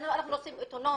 אנחנו רוצים אוטונומיה.